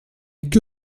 que